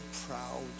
proud